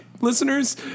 Listeners